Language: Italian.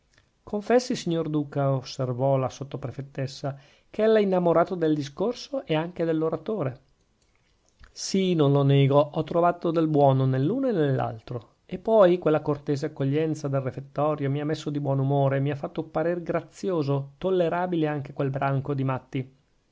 confessi signor duca osservò la sottoprefetessa ch'ella è innamorato del discorso ed anche dell'oratore sì non lo nego ho trovato del buono nell'uno e nell'altro e poi quella cortese accoglienza del refettorio mi ha messo di buon umore mi ha fatto parer grazioso tollerabile anche quel branco di matti